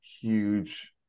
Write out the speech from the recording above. huge